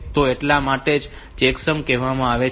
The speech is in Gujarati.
તો એટલા માટે જ તેને ચેકસમ કહેવામાં આવે છે